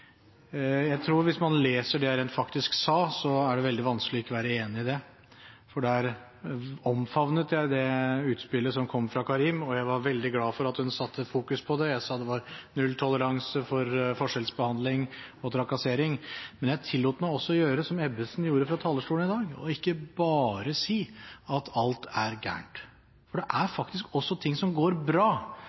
Jeg tror at hvis man leser det jeg faktisk sa, er det veldig vanskelig ikke å være enig i det. Der omfavnet jeg det utspillet som kom fra Karim, og jeg var veldig glad for at hun fokuserte på det. Jeg sa det var nulltoleranse for forskjellsbehandling og trakassering, men jeg tillot meg også å gjøre som Ebbesen gjorde fra talerstolen i dag, ikke bare si at alt er galt. Det er faktisk også ting som går bra.